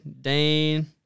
Dane